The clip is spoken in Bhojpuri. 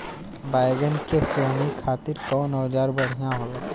बैगन के सोहनी खातिर कौन औजार बढ़िया होला?